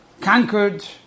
conquered